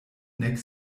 nek